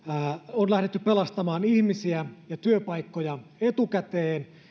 on lähdetty pelastamaan ihmisiä ja työpaikkoja etukäteen